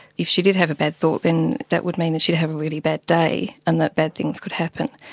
if she did have a bad thought then that would mean that she'd have a really bad day and that bad things could happen.